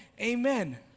amen